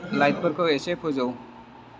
लाइटफोरखौ एसे फोजौ